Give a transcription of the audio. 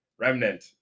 remnant